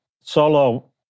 solo